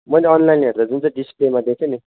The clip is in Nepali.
मैले अनलाइन हेर्दा जुन चाहिँ डिसप्लेमा देखे नि